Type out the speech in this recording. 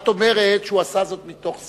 את אומרת שהוא עשה זאת מתוך סחר,